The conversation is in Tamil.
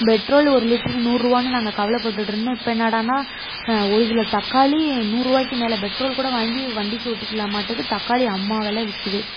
பெட்ரோல் ஒரு லிட்டரு நூறுரூவானு நாங்கள் கவலைப்பட்டுட்ருந்தோம் இப்போ என்னடானால் ஒரு கிலோ தக்காளி நூறுரூவாய்க்கி மேல் பெட்ரோல் கூட வாங்கி வண்டிக்கு ஓட்டிக்கிலாமாட்டுக்கு தக்காளி அம்மாம் வெலை விற்கிது